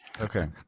okay